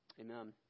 Amen